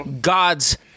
God's